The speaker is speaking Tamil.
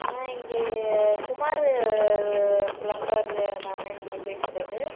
ஆ இங்கே குமாரு பிளம்பர் தானே நீங்கள் பேசுகிறது